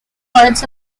parts